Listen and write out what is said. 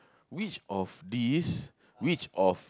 which of these which of